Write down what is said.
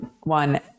one